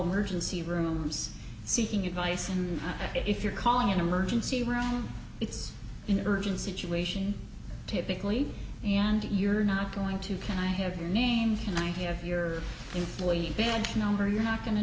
see rooms seeking advice and if you're calling an emergency room it's an urgent situation typically and you're not going to can i have your name and i have your employee number you're not going to